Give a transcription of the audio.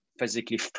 physically